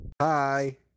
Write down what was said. Hi